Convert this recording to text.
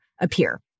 appear